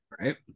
right